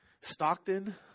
Stockton